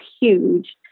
huge